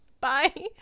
bye